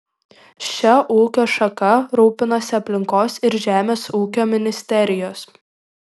šia ūkio šaka rūpinasi aplinkos ir žemės ūkio ministerijos